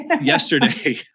yesterday